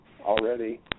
already